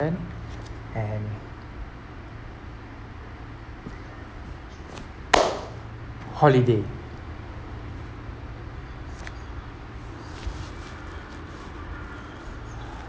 and and holiday